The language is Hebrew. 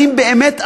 האם באמת,